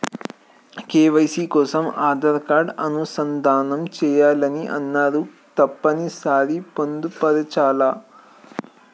KYC కోసం Aadhaar card అనుసంధానం చేయాలని అన్నరు తప్పని సరి పొందుపరచాలా?